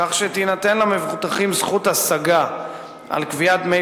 כך שתינתן למבוטחים זכות השגה על קביעת דמי